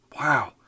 Wow